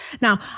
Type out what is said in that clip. Now